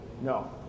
No